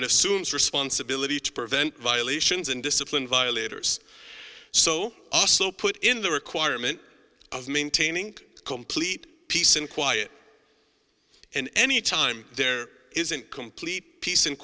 assumes responsibility to prevent violations and discipline violators so also put in the requirement of maintaining complete peace and quiet and any time there isn't complete peace and